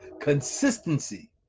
consistency